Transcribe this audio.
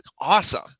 awesome